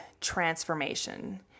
transformation